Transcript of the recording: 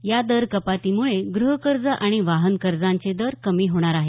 या दरकपातीमुळे ग्रहकर्ज आणि वाहन कर्जांचे दर कमी होणार आहेत